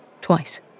twice